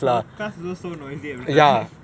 her class also so noisy every time